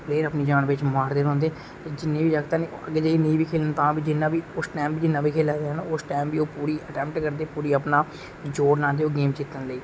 player अपनी जान मारदे रौंहदे जिन्ने बी जागत हैन ओह् उस टाइम च जिन्ना बी खेला दा ऐ उस टाइम च ओह् पूरी अटैमट करदे पूरी ओह् अपना जोर लांदे गेम जित्तने लेई